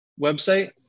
website